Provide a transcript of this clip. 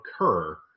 occur